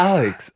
Alex